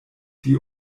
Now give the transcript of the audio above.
die